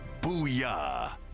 Booyah